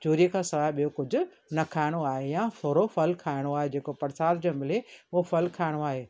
चूरीअ खां सवाइ ॿियो कुझु न खाइणो आहे या थोरो फलु खाइणो आहे जेको परसाद जो मिले उहो फलु खाइणो आहे